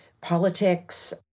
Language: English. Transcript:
politics